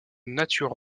nature